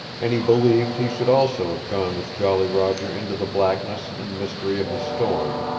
and he believed he should also have gone with jolly roger into the blackness and mystery of the storm,